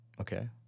Okay